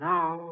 Now